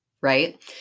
right